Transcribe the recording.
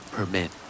Permit